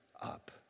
up